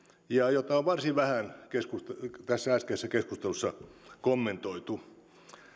jota on varsin vähän tässä äskeisessä keskustelussa kommentoitu